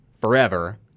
forever